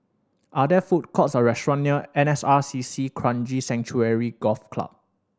are there food courts or restaurant near N S R C C Kranji Sanctuary Golf Club